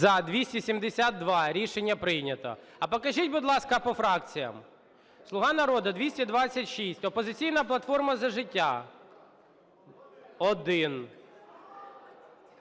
За-272 Рішення прийнято. А покажіть, будь ласка, по фракціям. "Слуга народу" – 226, "Опозиційна платформа - За життя" –